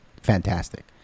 fantastic